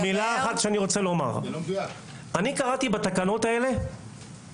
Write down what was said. קראתי בתקנות האלה